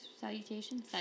salutations